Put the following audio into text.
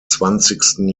zwanzigsten